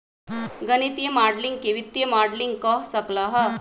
गणितीय माडलिंग के वित्तीय मॉडलिंग कह सक ल ह